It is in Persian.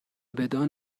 بدان